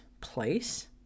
place